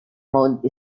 mode